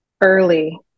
early